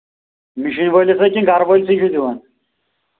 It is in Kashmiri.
مِشیٖن وٲلِس ہہ کِنہٕ گرٕ وٲلۍ سٕے چھُو دِوان